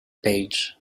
page